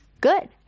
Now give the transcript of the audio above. good